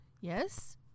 Yes